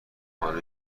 خانه